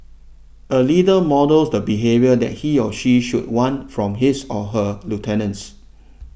a leader models the behaviour that he or she should want from his or her lieutenants